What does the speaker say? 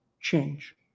change